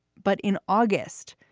but in august,